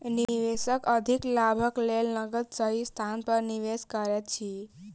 निवेशक अधिक लाभक लेल नकद सही स्थान पर निवेश करैत अछि